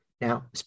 Now